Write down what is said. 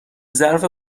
ظرف